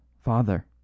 father